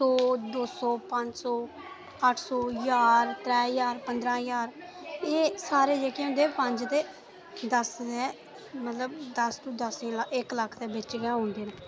सो दो सौ पंज सौ अट्ठ सौ ज्हार त्रै ज्हार पंदरां ज्हार एह् सारे जेहके होंदे पंज ते दस्स दे मतलब दस्स तूं दस्स इक लक्ख दे बिच गै औंदे न